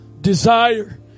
desire